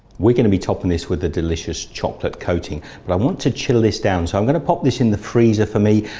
we're going to be topping this with the delicious chocolate coating but i want to chill this down so i'm going to pop this in the freezer for me.